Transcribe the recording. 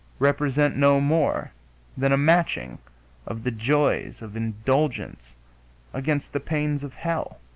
represent no more than a matching of the joys of indulgence against the pains of hell